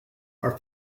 are